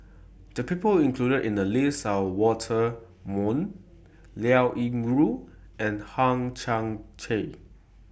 The People included in The list Are Walter Woon Liao Yingru and Hang Chang Chieh